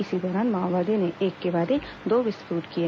इसी दौरान माओवादियों ने एक के बाद एक दो विस्फोट किए